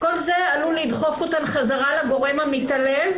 כל אלה עלולים לדחוף אותן חזרה לגורם המתעלל,